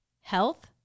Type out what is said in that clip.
health